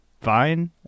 fine